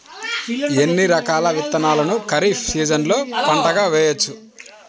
ఎన్ని రకాల విత్తనాలను ఖరీఫ్ సీజన్లో పంటగా వేయచ్చు?